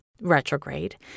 retrograde